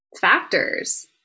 factors